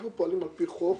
אנחנו פועלים על פי חוק,